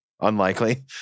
unlikely